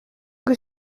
que